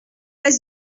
pas